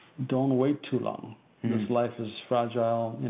don't wait too long because life is fragile,